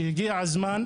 שהגיע הזמן,